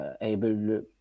able